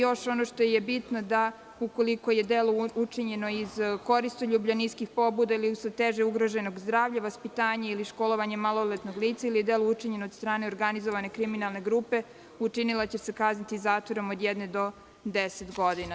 Još ono što je bitno: „Ukoliko je delo učinjeno iz koristoljublja, niskih pobuda ili usled teže ugroženog zdravlja, vaspitanja ili školovanja maloletnog lica ili je delo učinjeno od strane organizovane kriminalne grupe, učinilac će se kazniti zatvorom od jedne do 10 godina“